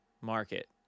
market